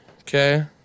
okay